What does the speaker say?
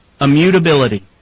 Immutability